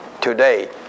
today